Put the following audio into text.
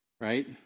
right